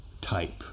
type